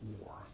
war